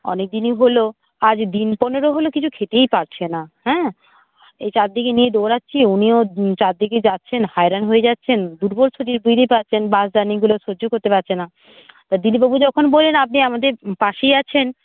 অনেকদিনই হলো আজ দিন পনেরো হলো কিছু খেতেই পারছে না হ্যাঁ এই চারদিকে নিয়ে দৌড়চ্ছি উনিও চারদিকে যাচ্ছেন হয়রান হয়ে যাচ্ছেন দুর্বল শরীর বুঝতেই পারছেন বাস জার্নিগুলো সহ্য করতে পারছে না তা দিলীপবাবু যখন বললেন আপনি আমাদের পাশেই আছেন